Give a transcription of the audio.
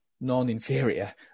non-inferior